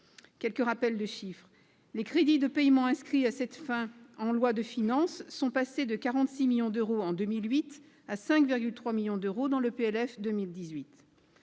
départemental. Ainsi, les crédits de paiement inscrits à cette fin en loi de finances sont passés de 46 millions d'euros en 2008 à 5,3 millions d'euros dans le projet